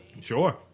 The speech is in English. sure